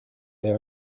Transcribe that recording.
there